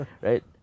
right